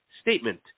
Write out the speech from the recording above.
statement